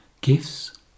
gifts